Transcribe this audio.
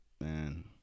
man